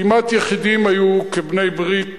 כמעט יחידים היו כבעלי-ברית